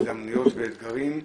הזדמנויות ואתגרים,